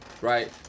Right